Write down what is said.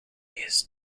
his